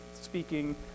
speaking